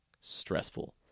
stressful